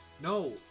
No